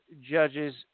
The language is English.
judges